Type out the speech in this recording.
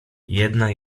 jedna